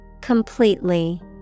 Completely